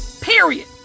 period